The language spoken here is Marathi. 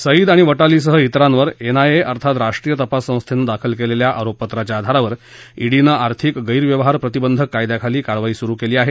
सईद आणि वटालीसह इतराद्वि एन आय ए अर्थात राष्ट्रीय तपास सखिनद्विखल केलेल्या आरोपपत्राच्या आधारावर ईडीनश्रिार्थिक गैरव्यहार प्रतिबद्धक कायद्याखाली कारवाई सुरु केली आहे